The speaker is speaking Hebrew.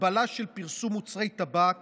הגבלה של פרסום מוצרי טבק